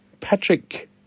Patrick